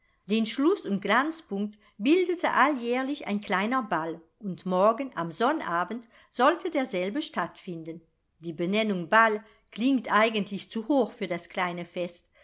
den schluß und glanzpunkt bildete alljährlich ein kleiner ball und morgen am sonnabend sollte derselbe stattfinden die benennung ball klingt eigentlich zu hoch für das kleine fest